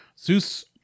Zeus